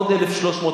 עוד 1,300,